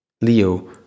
Leo